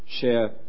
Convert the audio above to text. share